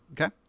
Okay